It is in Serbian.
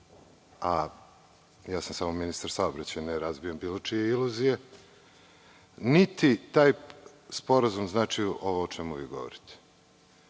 a ja sam samo ministar saobraćaja i ne razbijam bilo čije iluzije, niti taj sporazum znači ovo o čemu vi govorite. Ne